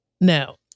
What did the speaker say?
now